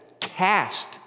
cast